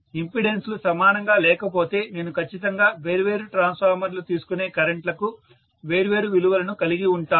ఇంపెడెన్సులు సమానంగా లేకపోతే నేను ఖచ్చితంగా వేర్వేరు ట్రాన్స్ఫార్మర్లు తీసుకునే కరెంట్ లకు వేర్వేరు విలువలను కలిగి ఉంటాను